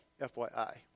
FYI